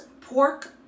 pork